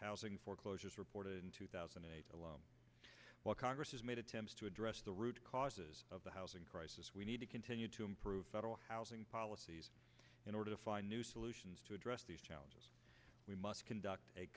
housing foreclosures reported in two thousand and eight alone while congress has made attempts to address the root causes of the housing crisis we need to continue to improve federal housing policies in order to find new solutions to address these challenges we must conduct a